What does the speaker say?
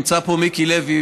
נמצא פה מיקי לוי,